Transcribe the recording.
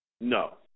No